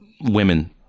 women